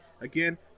again